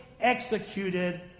executed